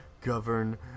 govern